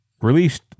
released